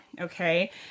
okay